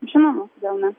žinoma kodėl ne